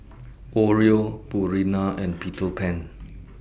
Oreo Purina and Peter Pan